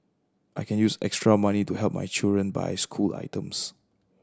I can use extra money to help my children buy school items